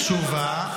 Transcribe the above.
תשובה,